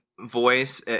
voice